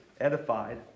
edified